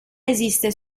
esiste